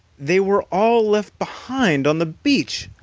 they were all left behind on the beach.